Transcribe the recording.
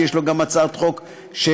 שיש לו גם הצעת חוק שהוצמדה,